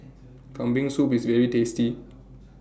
Kambing Soup IS very tasty